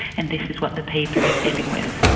and this is what the paper is dealing with.